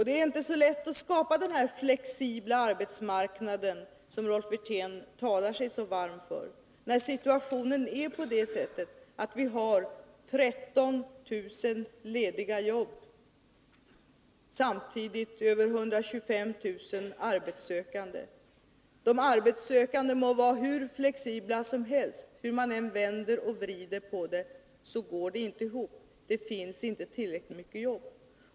Det är inte så lätt att skapa den flexibla arbetsmarknad som Rolf Wirtén talar sig så varm för, när situationen är sådan att vi har 13 000 lediga jobb och samtidigt över 125 000 arbetssökande. De arbetssökande må vara hur flexibla som helst — hur man än vänder och vrider på det så går det inte ihop. Det finns inte tillräckligt mycket jobb.